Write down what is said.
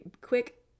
quick